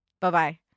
Bye-bye